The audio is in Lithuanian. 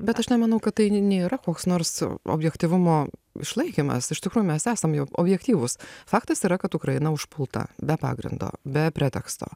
bet aš nemanau kad tai nėra koks nors objektyvumo išlaikymas iš tikrųjų mes esam jau objektyvūs faktas yra kad ukraina užpulta be pagrindo be preteksto